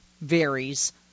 varies